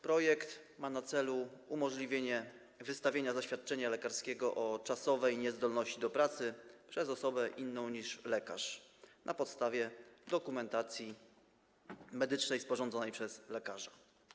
Projekt ma na celu umożliwienie wystawienia zaświadczenia lekarskiego o czasowej niezdolności do pracy przez osobę inną niż lekarz na podstawie dokumentacji medycznej sporządzonej przez lekarza.